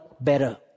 better